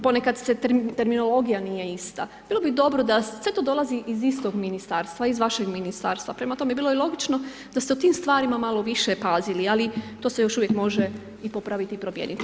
Ponekad se terminologija nije ista, bilo bi dobro da, sve to dolazi iz istog Ministarstva, iz vašeg Ministarstva, prema tome, bilo bi logično da ste o tim stvarima malo više pazili, ali to se još uvijek može i popraviti i promijeniti.